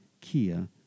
Kia